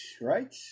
right